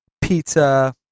pizza